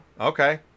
okay